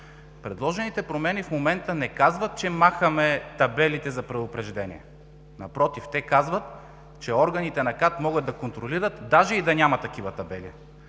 Предложените промени в момента не казват, че махаме табелите за предупреждение, напротив, те казват, че органите на КАТ могат да контролират даже и да няма такива табели.